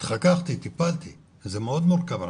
התחככתי, טיפלתי, וזה מאוד מורכב.